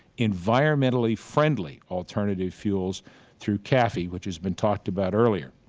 environmentally friendly, alternative fuel through caafi, which has been talked about earlier.